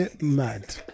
Mad